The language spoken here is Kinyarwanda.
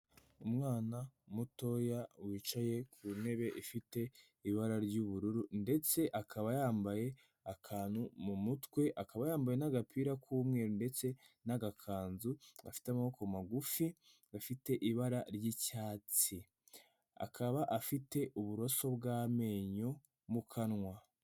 Umwana mutoya wicaye ku ntebe ifite ibara ry'ubururu ndetse akaba yambaye akantu mu mutwe, akaba yambaye n'agapira k'umweru ndetse n'agakanzu, gafite amaboko magufi, gafite ibara ry'icyatsi, akaba afite uburoso bw'amenyo mu kanwa.